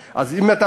אם זה 9.99,